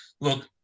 Look